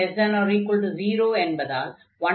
n≤0 என்பதால் 1 n≥1